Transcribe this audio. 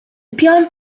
pjan